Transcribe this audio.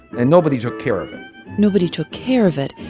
and nobody took care of it nobody took care of it,